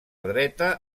dreta